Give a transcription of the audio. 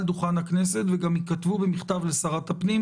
דוכן הכנסת וגם ייכתבו במכתב לשרת הפנים,